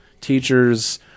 Teachers